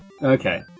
okay